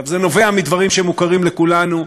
זה נובע מדברים שמוכרים לכולנו,